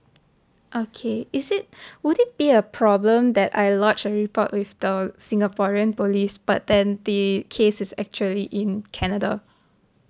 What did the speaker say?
okay is it would it be a problem that I lodge a report with the singaporean police but then the case is actually in canada